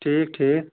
ٹھیٖک ٹھیٖک